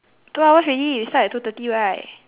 two hours already we start at two thirty right